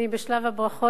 אני בשלב הברכות,